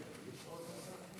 והיא חוזרת לדיון בוועדת העבודה,